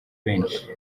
benshi